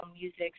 music